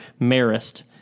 Marist